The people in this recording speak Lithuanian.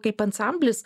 kaip ansamblis